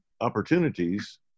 opportunities